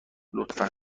لطفا